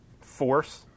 force